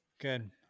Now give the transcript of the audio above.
Good